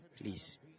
Please